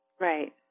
Right